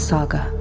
Saga